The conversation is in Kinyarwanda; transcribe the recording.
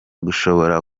gushobora